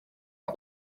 are